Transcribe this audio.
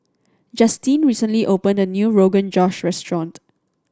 Justine recently opened a new Rogan Josh Restaurant